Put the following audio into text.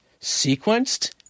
sequenced